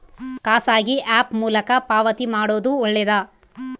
ಖಾಸಗಿ ಆ್ಯಪ್ ಮೂಲಕ ಪಾವತಿ ಮಾಡೋದು ಒಳ್ಳೆದಾ?